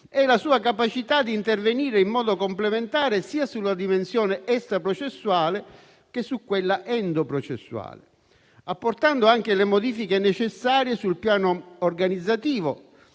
è la sua capacità di intervenire in modo complementare sia sulla dimensione extraprocessuale sia su quella endoprocessuale, apportando anche le modifiche necessarie sul piano organizzativo,